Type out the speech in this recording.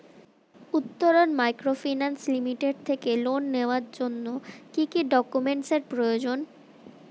Uttaran microfinance limited থেকে loan নেওয়ার জন্য কি কি ডকুমেন্টস এর প্রয়োজন?